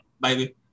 baby